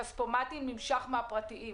מכספומטים נמשך מהפרטיים.